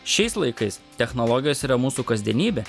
šiais laikais technologijos yra mūsų kasdienybė